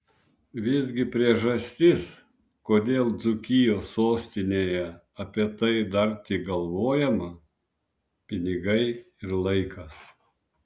visgi priežastis kodėl dzūkijos sostinėje apie tai dar tik galvojama pinigai ir laikas